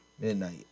Midnight